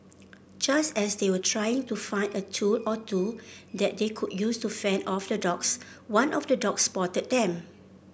just as they were trying to find a tool or two that they could use to fend off the dogs one of the dogs spotted them